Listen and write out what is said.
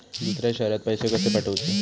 दुसऱ्या शहरात पैसे कसे पाठवूचे?